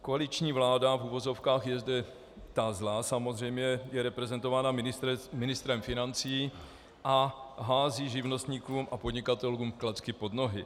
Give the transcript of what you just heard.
Koaliční vláda v uvozovkách je zde ta zlá samozřejmě, je reprezentována ministrem financí a hází živnostníkům a podnikatelům klacky pod nohy.